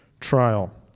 trial